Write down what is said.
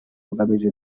bugamije